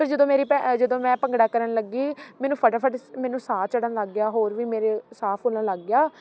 ਫਿਰ ਜਦੋਂ ਮੇਰੀ ਭ ਜਦੋਂ ਮੈਂ ਭੰਗੜਾ ਕਰਨ ਲੱਗੀ ਮੈਨੂੰ ਫਟਾਫਟ ਮੈਨੂੰ ਸਾਹ ਚੜ੍ਹਨ ਲੱਗ ਗਿਆ ਹੋਰ ਵੀ ਮੇਰੇ ਸਾਹ ਫੁੱਲਣ ਲੱਗ ਗਿਆ